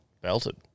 belted